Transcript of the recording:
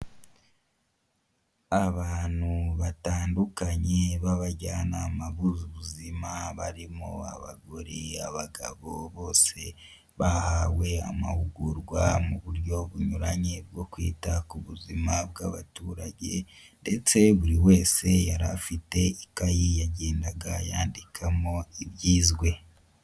Abantu batandukanye b'abajyanama b'ubuzima barimo abagore, abagabo bose bahawe amahugurwa mu buryo bunyuranye bwo kwita ku buzima bw'abaturage ndetse buri wese yari afite ikayi yagendaga yandikamo ibyizwe.